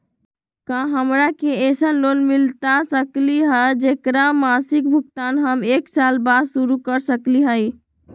का हमरा के ऐसन लोन मिलता सकली है, जेकर मासिक भुगतान हम एक साल बाद शुरू कर सकली हई?